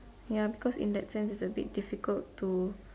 ya because in that sense it's a bit difficult to